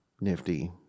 nifty